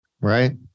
right